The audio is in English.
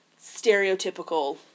stereotypical